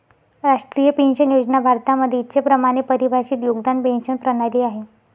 राष्ट्रीय पेन्शन योजना भारतामध्ये इच्छेप्रमाणे परिभाषित योगदान पेंशन प्रणाली आहे